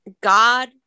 God